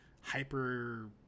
hyper